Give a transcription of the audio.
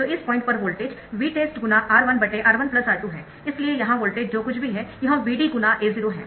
तो इस पॉइंट पर वोल्टेज Vtest×R1R1 R2 है इसलिए यहां वोल्टेज जो कुछ भी है यह Vd गुणा A0 है